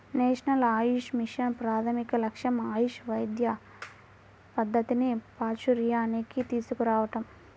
national AYUSH mission ప్రాథమిక లక్ష్యం ఆయుష్ వైద్య పద్ధతిని ప్రాచూర్యానికి తీసుకురావటం